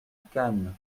cannes